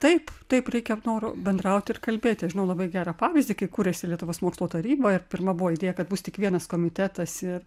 taip taip reikia noro bendrauti ir kalbėti aš žinau labai gerą pavyzdį kai kūrėsi lietuvos mokslo taryba ir pirma buvo idėja kad bus tik vienas komitetas ir